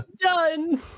Done